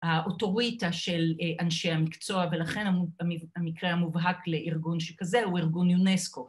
‫האוטוריטה של אנשי המקצוע, ‫ולכן המקרה המובהק לארגון שכזה, ‫הוא ארגון יונסקו.